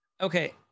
Okay